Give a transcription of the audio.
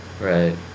Right